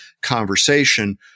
conversation